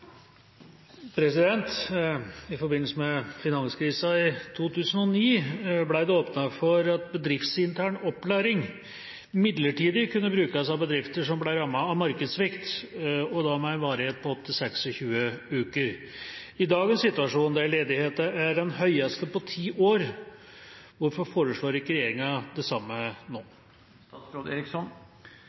forbindelse med finanskrisen i 2009 ble det åpnet for at bedriftsintern opplæring midlertidig kunne brukes av bedrifter som ble rammet av markedssvikt, med varighet opp til 26 uker. I dagens situasjon, der ledigheten er den høyeste på ti år, hvorfor foreslår ikke regjeringen det samme nå?»